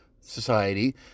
society